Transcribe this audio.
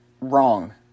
wrong